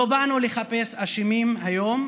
לא באנו לחפש אשמים היום,